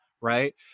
right